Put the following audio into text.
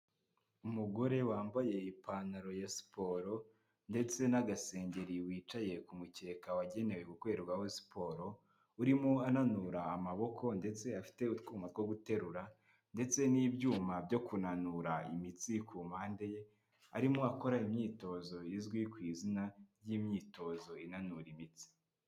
Umugore wambaye ipantaro ya siporo ndetse n'agasengeri wicaye ku mukeka wagenewe gukorerwaho siporo, urimo ananura amaboko ndetse afite utwuma two guterura ndetse n'ibyuma byo kunanura imitsi, ku mpande ye arimo akora imyitozo izwi ku izina ry'imyitozo inanura imitsi.